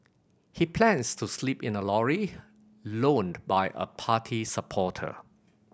he plans to sleep in a lorry loaned by a party supporter